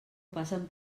passen